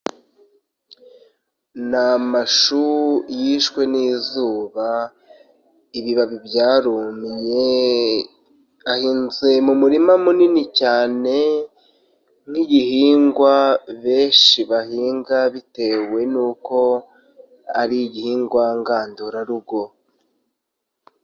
Ni amashu yishwe n'izuba ibibabi byarumye ahinze mu murima munini cyane n'ibihingwa benshi bahinga bitewe n'uko ari igihingwa ngandurarugo.